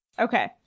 Okay